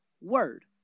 word